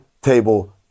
table